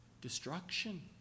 destruction